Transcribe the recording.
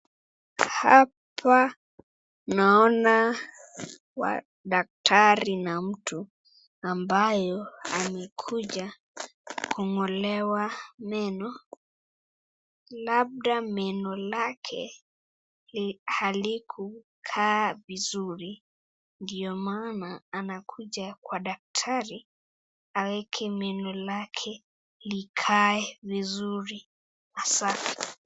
Hapa naona daktari na mtu ambayo amekuja kong'olewa meno. Labda meno lake halikukaa vizuri ndio maana anakuja kwa daktari aweke meno lake likae vizuri na safi.